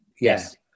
yes